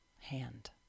hand